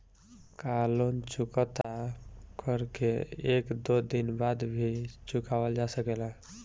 का लोन चुकता कर के एक दो दिन बाद भी चुकावल जा सकेला?